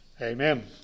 Amen